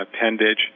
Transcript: appendage